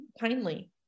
kindly